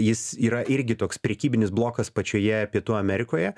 jis yra irgi toks prekybinis blokas pačioje pietų amerikoje